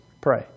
pray